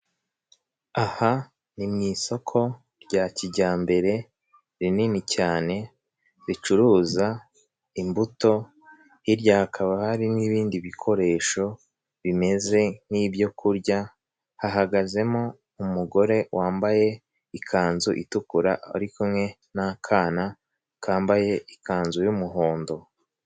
Aha ni mu isoko rya kijyambere rinini cyane ricuruza imbuto, hirya hakaba hari n'ibindi bikoresho bimeze nk'ibyo kurya, hahagazemo umugore wambaye ikanzu itukura ari kumwe n'akana kambaye ikanzu y'umuhondo.